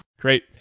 Great